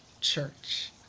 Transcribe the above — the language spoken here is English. church